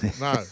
no